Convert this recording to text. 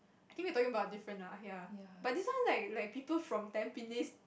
I think we are talking about different lah ya but this one like like people from Tampines